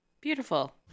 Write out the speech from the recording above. Beautiful